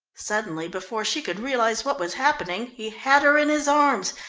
suddenly, before she could realise what was happening he had her in his arms,